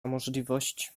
możliwość